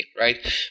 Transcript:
right